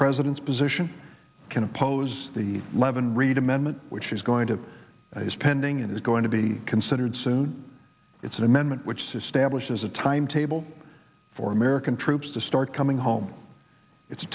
president's position can oppose the levin reid amendment which is going to be spending and it's going to be considered soon it's an amendment which says stablish is a timetable for american troops to start coming home it's